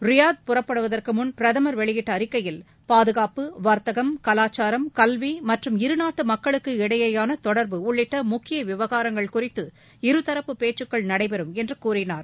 Riyadh புறப்படுவதற்குமுன் பிரதமர் வெளியிட்ட அறிக்கையில் பாதுகாப்பு வர்த்தகம் கலாச்சாரம் கல்வி மற்றும் இருநாட்டு மக்களுக்கு இடையேயான தொடர்பு உள்ளிட்ட முக்கிய விவகாரங்கள் குறித்து இருதரப்பு பேச்சுக்கள் நடைபெறும் என்று கூறினார்